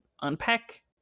unpack